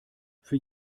für